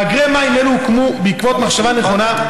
מאגרי מים אלו הוקמו בעקבות מחשבה נכונה,